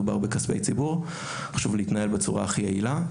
מדובר בכספי ציבור; חשוב להתנהל בצורה הכי יעילה,